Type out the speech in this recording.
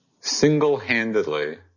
single-handedly